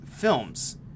films